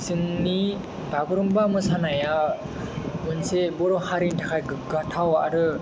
बिसोरनि बागुरुम्बा मोसानाया मोनसे बर' हारिनि थाखाय गोग्गाथाव आरो